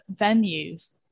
venues